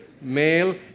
Male